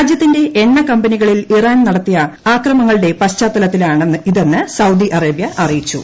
രാജ്യത്തിന്റെ എണ്ണക്കമ്പനികളിൽ ഇറാൻ നടത്തിയ ആക്രമണങ്ങളുടെ പശ്ചാത്തലത്തിലാണിതെന്ന് സൌദി അറേബ്യ അറിയിച്ചു